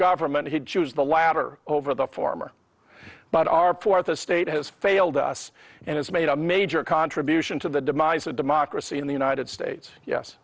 government he'd choose the latter over the former but our fourth estate has failed us and has made a major contribution to the demise of democracy in the united states yes